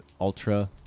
Ultra